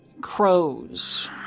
crows